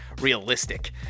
realistic